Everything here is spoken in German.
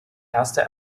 erste